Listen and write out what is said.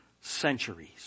centuries